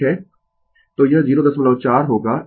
तो यह 04 होगा